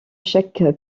chaque